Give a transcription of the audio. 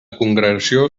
congregació